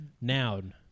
Noun